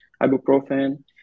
ibuprofen